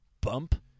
bump